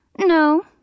No